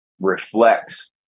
reflects